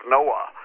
Noah